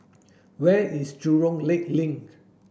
where is Jurong Lake Link